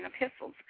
epistles